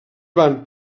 van